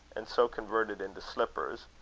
and so converted into slippers,